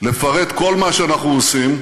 לפרט כל מה שאנחנו עושים,